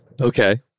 Okay